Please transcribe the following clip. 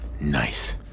Nice